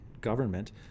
government